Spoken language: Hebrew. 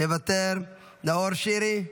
מוותר, נאור שירי,